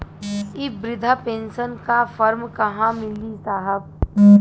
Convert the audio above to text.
इ बृधा पेनसन का फर्म कहाँ मिली साहब?